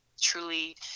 truly